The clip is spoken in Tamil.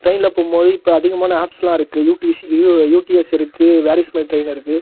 ட்ரெயினில் போகும்போது இப்போ அதிகமான ஆப்ஸ்லாம் இருக்குது யூடிசி யூ யூடிஎஸ் இருக்குது வேர் ஈஸ் மை ட்ரெயின் இருக்குது